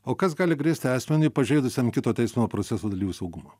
o kas gali grėsti asmeniui pažeidusiam kito teismo proceso dalyvių saugumą